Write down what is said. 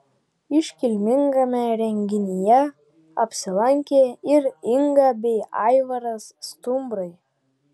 iškilmingame renginyje apsilankė ir inga bei aivaras stumbrai